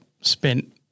spent